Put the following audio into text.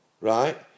right